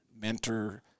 mentor